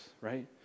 Right